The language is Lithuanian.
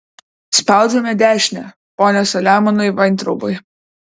spaudžiame dešinę pone saliamonai vaintraubai